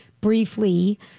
briefly